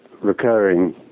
recurring